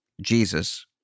jesus